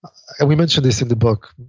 we mention this in the book.